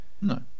No